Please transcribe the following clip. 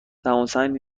دماسنج